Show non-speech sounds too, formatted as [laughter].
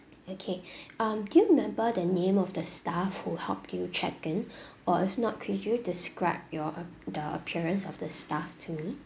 okay [breath] um do you remember the name of the staff who helped you check in [breath] or if not can you describe your a~ the appearance of the staff to me